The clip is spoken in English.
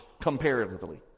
comparatively